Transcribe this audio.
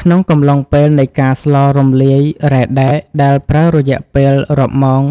ក្នុងកំឡុងពេលនៃការស្លរំលាយរ៉ែដែកដែលប្រើរយៈពេលរាប់ម៉ោង